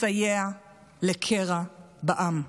מסייע לקרע בעם,